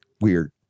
weird